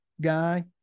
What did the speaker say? guy